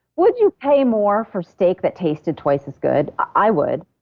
would you pay more for steak that tasted twice as good? i would.